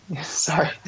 Sorry